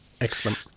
Excellent